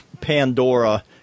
Pandora